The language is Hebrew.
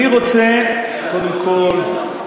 אני רוצה, קודם כול,